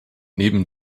neben